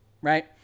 right